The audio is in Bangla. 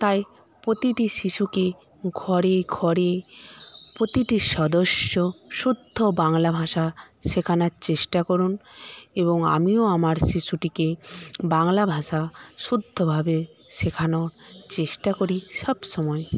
তাই প্রতিটি শিশুকে ঘরে ঘরে প্রতিটি সদস্য শুদ্ধ বাংলা ভাষা শেখানোর চেষ্টা করুন এবং আমিও আমার শিশুটিকে বাংলা ভাষা শুদ্ধভাবে শেখানোর চেষ্টা করি সবসময়